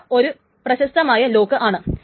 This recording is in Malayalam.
ഇത് ഒരു പ്രശസ്തമായ ലോക്ക് ആണ്